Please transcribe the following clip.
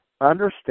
understand